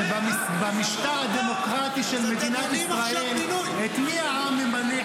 שבמשטר הדמוקרטי של מדינת ישראל את מי העם ממנה,